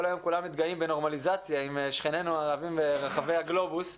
כל היום כולם מתגאים בנורמליזציה עם שכנינו הערבים ברחבי הגלובוס,